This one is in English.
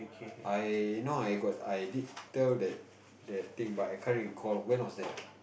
I know I got I did tell that that thing but I can't recall when was that